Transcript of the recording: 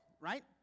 right